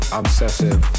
obsessive